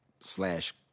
slash